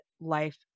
life